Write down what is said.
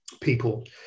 people